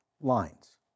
lines